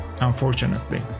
Unfortunately